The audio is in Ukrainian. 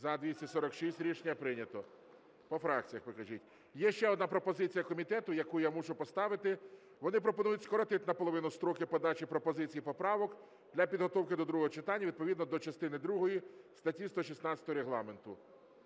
За-246 Рішення прийнято. По фракціях покажіть. Є ще одна пропозиція комітету, яку я мушу поставити, вони пропонують скоротити наполовину строки подачі пропозицій і поправок для підготовки до другого читання відповідно до частини другої статті 116 Регламенту.